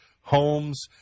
homes